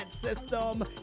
system